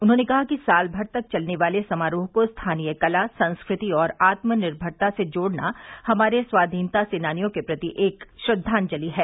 उन्होंने कहा कि साल भर तक चलने वाले समारोह को स्थानीय कला संस्कृति और आत्मनिर्भरता से जोड़ना हमारे स्वाधीनता सेनानियों के प्रति एक श्रद्वांजलि है